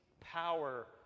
power